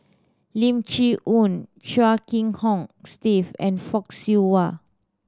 Lim Chee Onn Chia Kiah Hong Steve and Fock Siew Wah